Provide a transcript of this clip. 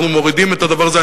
אנחנו מורידים את הדבר הזה,